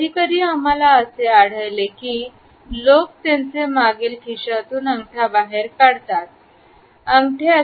कधीकधी आम्हाला असे आढळेल की लोक त्यांचे मागील खिशातून अंगठा बाहेर काढतात अंगठे